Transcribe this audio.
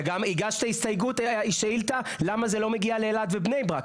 וגם הגשת שאילתה למה זה לא מגיע לאלעד ובני ברק,